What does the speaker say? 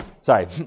sorry